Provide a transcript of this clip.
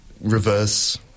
reverse